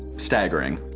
staggering.